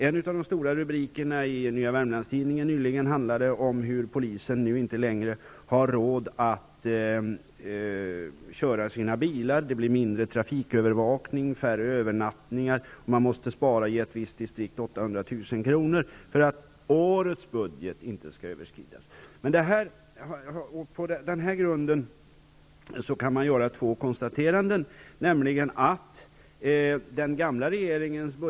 En av de stora rubrikerna i Nya Wermlands-Tidningen nyligen handlade om att polisen inte längre har råd att köra sina bilar. Det blir mindre trafikövervakning, färre övernattningar och i ett visst distrikt måste man spara 800 000 kr. för att årets budget inte skall överskridas. Man kan göra två konstateranden mot den här bakgrunden.